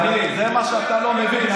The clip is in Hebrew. זה מה שאתה לא מבין.